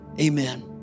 amen